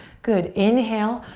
good, inhale,